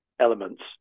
elements